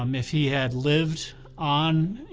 um if he had lived on,